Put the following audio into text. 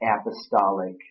apostolic